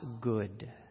good